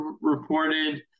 reported